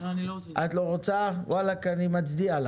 אני רוצה להצביע על